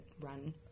run